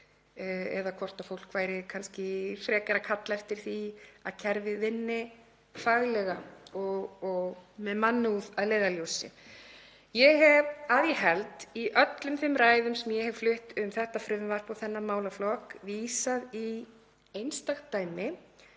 eða hvort fólk væri kannski frekar að kalla eftir því að kerfið vinni faglega og með mannúð að leiðarljósi. Ég hef að ég held, í öllum þeim ræðum sem ég hef flutt um þetta frumvarp og þennan málaflokk, vísað í einstakt dæmi;